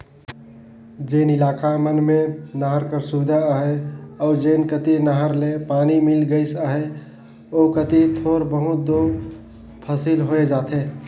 जेन इलाका मन में नहर कर सुबिधा अहे अउ जेन कती नहर ले पानी मिल गइस अहे ओ कती थोर बहुत दो फसिल होए जाथे